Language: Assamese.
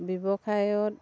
ব্যৱসায়ত